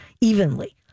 evenly